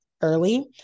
early